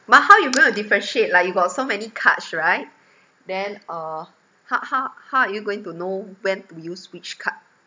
but how you gonna differentiate like you got so many cards right then uh how how how are you going to know when to use which card